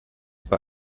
war